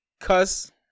Cuz